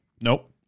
Nope